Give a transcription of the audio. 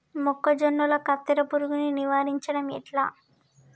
మొక్కజొన్నల కత్తెర పురుగుని నివారించడం ఎట్లా?